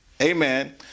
amen